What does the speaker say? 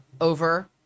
over